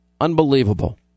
Unbelievable